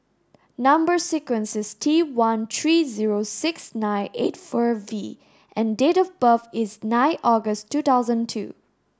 number sequence is T one three zero six nine eight four V and date of birth is nine August two thousand two